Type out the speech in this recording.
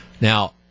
Now